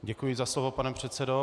Děkuji za slovo, pane předsedo.